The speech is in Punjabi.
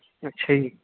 ਅੱਛਾ ਜੀ